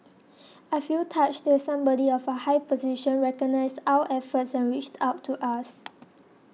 I feel touched that somebody of a high position recognised our efforts and reached out to us